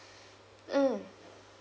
mm